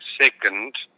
second